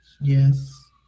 yes